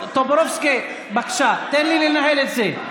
טופורובסקי, בבקשה, תן לי לנהל את זה.